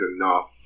enough